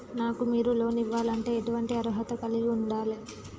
నాకు మీరు లోన్ ఇవ్వాలంటే ఎటువంటి అర్హత కలిగి వుండాలే?